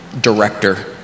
director